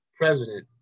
president